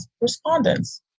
respondents